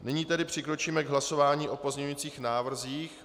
Nyní tedy přikročíme k hlasování o pozměňujících návrzích.